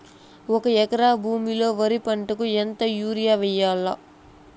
ఒక ఎకరా భూమిలో వరి పంటకు ఎంత యూరియ వేయల్లా?